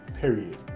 period